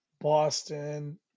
Boston